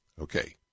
okay